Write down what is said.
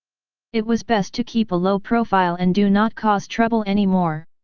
it was best to keep a low profile and do not cause trouble any more.